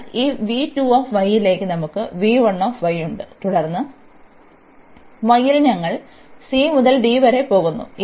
അതിനാൽ ഈ ലേക്ക് നമുക്ക് ഉണ്ട് തുടർന്ന് y ൽ ഞങ്ങൾ c മുതൽ d വരെ പോകുന്നു